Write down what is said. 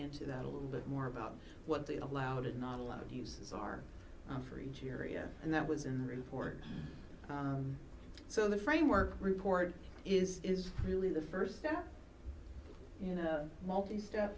into that a little bit more about what they allowed and not a lot of uses are for each area and that was in the report so the framework report is is really the first step you know multi step